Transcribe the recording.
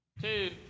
Two